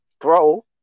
throw